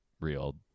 real